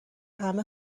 همه